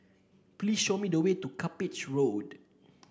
please show me the way to Cuppage Road